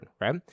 right